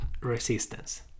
resistance